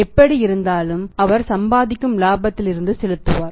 எப்படியிருந்தாலும் அவர் சம்பாதிக்கும் இலாபத்தில் இருந்து செலுத்துவார்